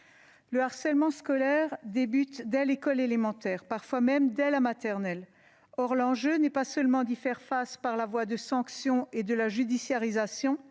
Le harcèlement scolaire débute dès l'école élémentaire, parfois même dès la maternelle. Or l'enjeu n'est pas seulement d'y faire face par la voie des sanctions et de la judiciarisation.